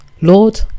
Lord